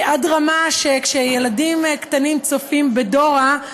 עד רמה שכאשר ילדים קטנים צופים בדורה,